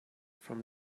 from